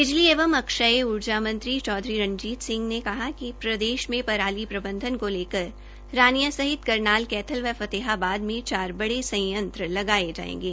बिजली एवं अक्षय ऊर्जा मंत्री चौधरी रंजीत सिंह ने कहा है कि प्रदेश में पराली प्रबंधन को लेकर रानियां सहित करनाल कैथल व फतेहाबाद में चार बड़े प्रबंधन संयंत्र लगाये जायेंगे